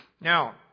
Now